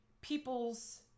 people's